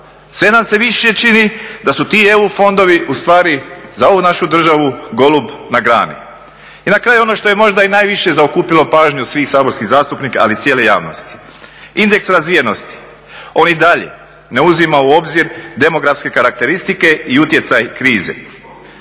Sve nam se više čini da su ti EU fondovi ustvari za ovu našu državu golub na grani. I na kraju ono što je možda i najviše zaokupilo pažnju svih saborskih zastupnika, ali i cijele javnosti. Indeks razvijenosti, on i dalje ne uzima u obzir demografske karakteristike i utjecaj krize.